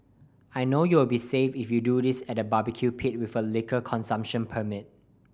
I know you'll be safe if you do this at a barbecue pit with a liquor consumption permit